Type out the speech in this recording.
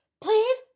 please